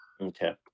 Okay